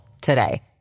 today